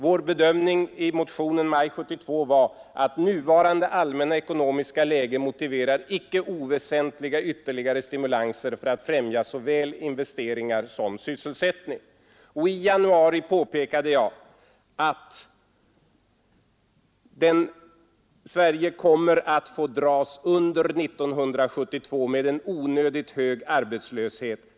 Vår bedömning i motionen i maj 1972 var: Nuvarande allmänna ekonomiska läge motiverar icke oväsentliga ytterligare stimulanser för att främja såväl investeringar som s sättning. Och i januari påpekade jag att Sverige under 1972 kommer att få dras med en onödigt hög arbetslöshet.